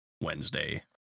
Wednesday